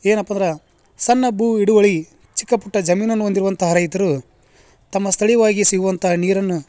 ಏನಪ್ಪ ಅಂದ್ರ ಸಣ್ಣ ಬೂ ಹಿಡುವಳಿ ಚಿಕ್ಕ ಪುಟ್ಟ ಜಮೀನನ್ನು ಹೊಂದಿರುವಂತಹ ರೈತರು ತಮ್ಮ ಸ್ಥಳೀಯವಾಗಿ ಸಿಗುವಂತಹ ನೀರನ್ನು